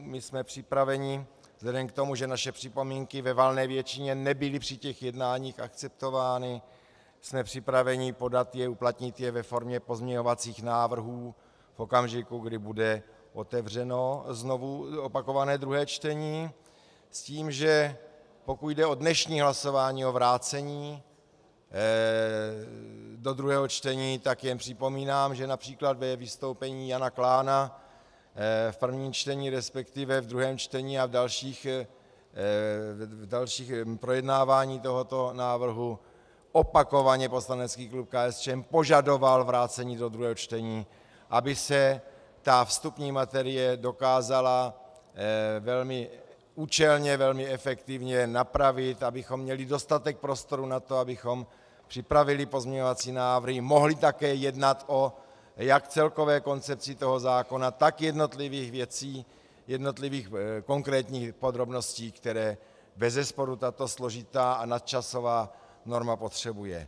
My jsme připraveni vzhledem k tomu, že naše připomínky ve valné většině nebyly při těch jednáních akceptovány, jsme připraveni podat je, uplatnit je ve formě pozměňovacích návrhů v okamžiku, kdy bude znovu otevřeno opakované druhé čtení, s tím, že pokud jde o dnešní hlasování o vrácení do druhého čtení, tak jen připomínám, že například ve vystoupení Jana Klána v prvním čtení, respektive v druhém čtení a v dalším projednávání tohoto návrhu, opakovaně poslanecký klub KSČM požadoval vrácení do druhého čtení, aby se ta vstupní materie dokázala velmi účelně, velmi efektivně napravit, abychom měli dostatek prostoru na to, abychom připravili pozměňovací návrhy, mohli také jednat jak o celkové koncepci tohoto zákona, tak jednotlivých konkrétních podrobností, které bezesporu tato složitá a nadčasová norma potřebuje.